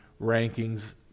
rankings